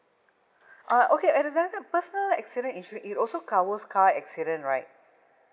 uh okay and then the personal accident insurance it also covers car accident right